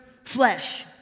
Flesh